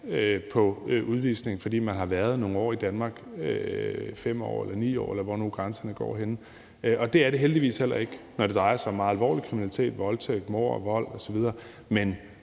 på udvisning, fordi man har været nogle år i Danmark, 5 år eller 9 år, eller hvor grænsen nu går henne, og det er der heldigvis heller ikke, når det drejer sig om meget alvorlig kriminalitet, altså voldtægt, mord, vold osv. Men